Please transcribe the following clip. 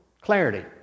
clarity